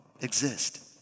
exist